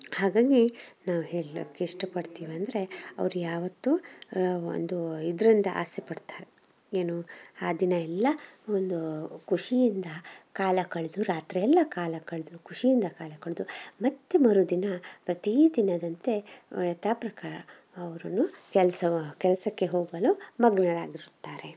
ಹಾಗಾಗಿ ನಾವು ಹೇಳಕ್ ಇಷ್ಟ ಪಡ್ತೀವಿ ಅಂದರೆ ಅವ್ರು ಯಾವತ್ತು ಒಂದು ಇದರಿಂದ ಆಸೆ ಪಡ್ತಾರೆ ಏನು ಆ ದಿನ ಎಲ್ಲ ಒಂದು ಖುಷಿಯಿಂದ ಕಾಲ ಕಳೆದು ರಾತ್ರಿಯೆಲ್ಲ ಕಾಲ ಕಳೆದು ಖುಷಿಯಿಂದ ಕಾಲ ಕಳೆದು ಮತ್ತೆ ಮರುದಿನ ಪ್ರತಿ ದಿನದಂತೆ ಯಥಾ ಪ್ರಕಾರ ಅವರನ್ನು ಕೆಲಸ ಕೆಲಸಕ್ಕೆ ಹೋಗಲು ಮಗ್ನರಾಗಿರುತ್ತಾರೆ